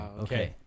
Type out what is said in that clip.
Okay